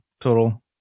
total